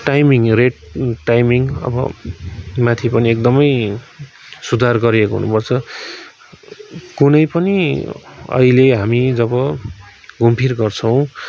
timing rate timing अब माथि पनि एकदमै सुधार गरिएको हुनुपर्छ कुनै पनि अहिले हामी जब घुमफिर गर्छौँ